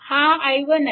हा i1 आहे